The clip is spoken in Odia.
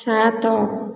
ସାତ